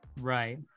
Right